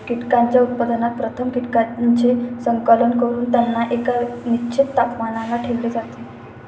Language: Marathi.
कीटकांच्या उत्पादनात प्रथम कीटकांचे संकलन करून त्यांना एका निश्चित तापमानाला ठेवले जाते